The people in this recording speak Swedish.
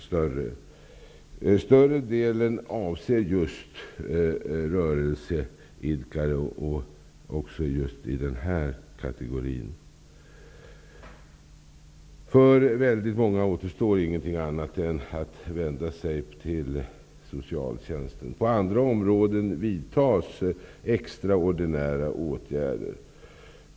Större delen av dessa ansökningar avser just rörelseidkare. För många återstår ingenting annat än att vända sig till socialtjänsten. På andra områden vidtas extraordinära åtgärder.